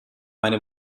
meine